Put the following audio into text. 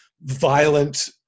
violent